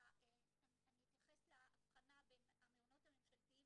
אני אתייחס להבחנה בין המעונות הממשלתיים